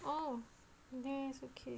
oh okay it's okay